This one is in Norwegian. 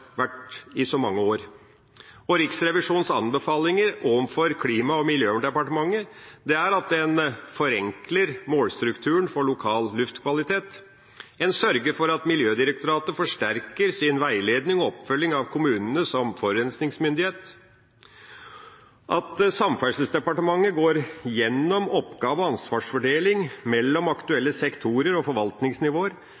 i så mange år. Riksrevisjonens anbefalinger overfor Klima- og miljødepartementet er at en forenkler målstrukturen for lokal luftkvalitet, sørger for at Miljødirektoratet forsterker sin veiledning og oppfølging av kommunene som forurensningsmyndighet, at Samferdselsdepartementet går gjennom oppgave- og ansvarsfordeling mellom